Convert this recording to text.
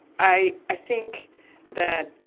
i i think that,